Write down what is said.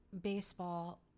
baseball